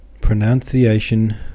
Pronunciation